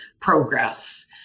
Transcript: progress